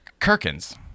Kirkins